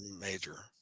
major